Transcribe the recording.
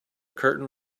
curtain